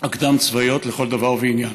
הקדם-צבאיות לכל דבר ועניין.